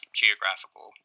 geographical